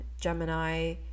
Gemini